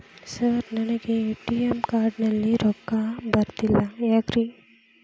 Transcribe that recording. Sir ನನಗೆ ATM card ನಲ್ಲಿ ರೊಕ್ಕ ಬರತಿಲ್ಲ ಯಾಕ್ರೇ?